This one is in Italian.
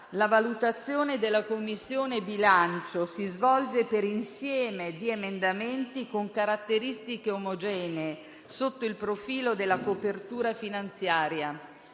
la valutazione della Commissione bilancio si svolge per insieme di emendamenti con caratteristiche omogenee sotto il profilo della copertura finanziaria.